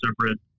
separate